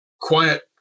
quiet